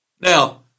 Now